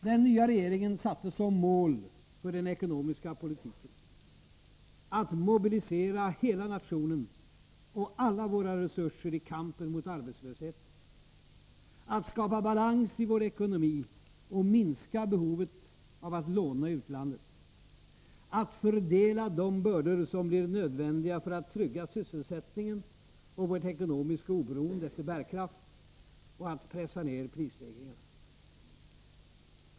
Den nya regeringen satte som mål för den ekonomiska politiken att mobilisera hela nationen och alla våra resurser i kampen mot arbetslösheten, att skapa balans i vår ekonomi och minska behovet av att låna i utlandet, att fördela de bördor som blir nödvändiga för att trygga sysselsättningen och vårt ekonomiska oberoende efter bärkraft och att pressa ned prisstegringarna.